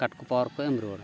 ᱠᱟᱴ ᱯᱟᱣᱟᱨ ᱠᱚ ᱮᱢ ᱨᱩᱣᱟᱹᱲᱟ